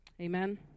Amen